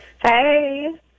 Hey